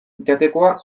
jatekoa